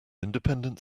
independent